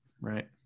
right